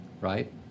right